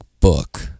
book